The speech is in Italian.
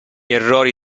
errori